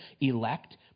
elect